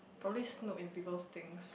poly's not in people's think